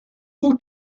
who